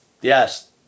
Yes